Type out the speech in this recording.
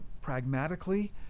pragmatically